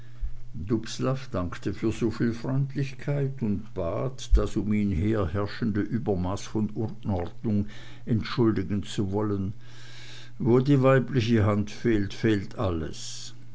dubslav dankte für soviel freundlichkeit und bat das um ihn her herrschende übermaß von unordnung entschuldigen zu wollen wo die weibliche hand fehlt fehlt alles